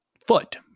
foot